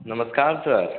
नमस्कार सर